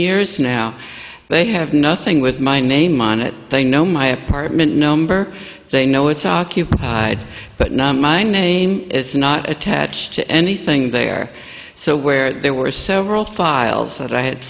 years now they have nothing with my name on it they know my apartment number they know it's occupied but my name is not attached to anything there so where there were several files that i had